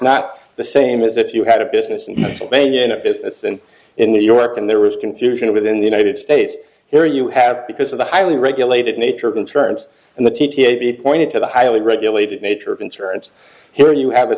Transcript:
not the same as if you had a business and national bank in a business and in new york and there was confusion within the united states here you had because of the highly regulated nature of insurance and the teach it pointed to the highly regulated nature of insurance here you have a